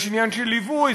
יש עניין של ליווי,